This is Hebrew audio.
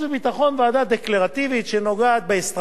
ועדה דקלרטיבית שנוגעת באסטרטגיה,